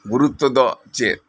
ᱜᱩᱨᱩᱛᱛᱚ ᱫᱚ ᱪᱮᱫ